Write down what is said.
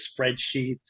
spreadsheets